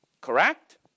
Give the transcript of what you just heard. Correct